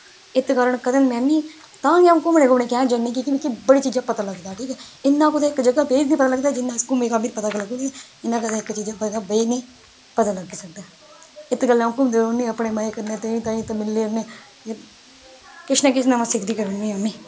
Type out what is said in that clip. इस कारण कंदे में वी तां गै आंऊ घूमन घामने गी की जन्नी बड़ियै चीजें दा पता लगदा ठीक ऐ इन्ना कुते इक जगह बेही ऐ पता नेई लगदा जिन्ना कंदे घूमी घामी ऐ पता लगदा इना कंदे इक चीजां दा बेही नेई पता लग्गी सकदा इत गल्ला आऊ ङूमदी रौहनी अपने ताई तुआंई किश ना किश नमां सिक्खदी गै रौंहनी